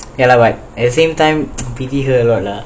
ya lah but at the same time pity her a lot lah